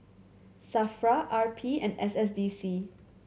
SAFRA R P and S S D C